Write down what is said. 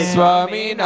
Swami